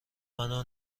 منو